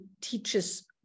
teaches